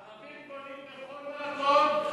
ערבים בונים בכל מקום.